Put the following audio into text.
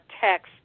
text